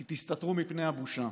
כי תסתתרו מפני הבושה.